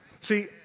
See